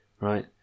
right